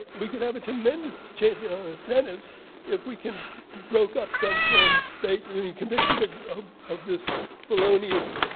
we can have a tremendous change in our incentives if we can broke up some firms convicted ah of this felonious